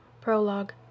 Prologue